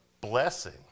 blessing